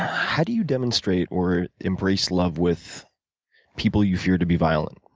how do you demonstrate or embrace love with people you fear to be violent?